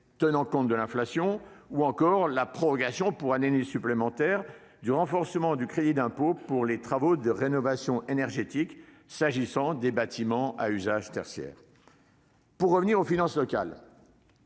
tenant compte de l'inflation ou encore de la prorogation, pour une année supplémentaire, du renforcement du crédit d'impôt pour les travaux de rénovation énergétique des bâtiments à usage tertiaire. Je reviens aux finances locales.